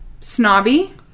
snobby